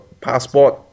passport